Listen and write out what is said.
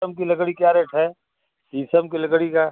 शीशम की लकड़ी क्या रेट है शीशम की लकड़ी का